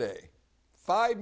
day five